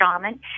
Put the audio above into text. shaman